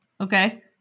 Okay